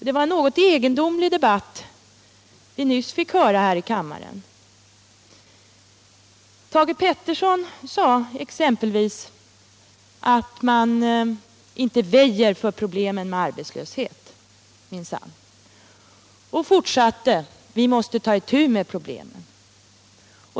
Det var en något egendomlig debatt som vi nyss fick höra här i kammaren. Thage Peterson sade exempelvis att man minsann inte väjer för problemen med arbetslöshet. Han fortsatte med att säga att vi måste ta itu med problemen.